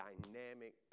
dynamic